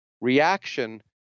reaction